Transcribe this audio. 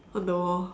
on the wall